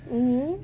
mmhmm